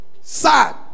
sad